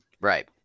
Right